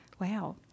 Wow